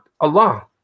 Allah